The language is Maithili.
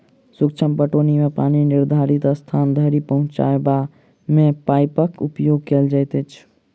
सूक्ष्म पटौनी मे पानि निर्धारित स्थान धरि पहुँचयबा मे पाइपक उपयोग कयल जाइत अछि